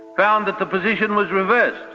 found that the position was reversed,